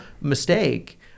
mistake